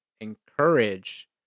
encourage